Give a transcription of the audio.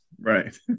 Right